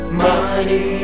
money